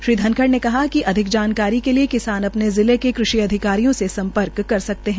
श्री धनखड़ ने कहा कि अधिक जानकारी के लिये किसान अपने जिले के कृषि अधिकारियों से सम्पर्क पर सकते है